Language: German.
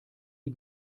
die